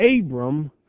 Abram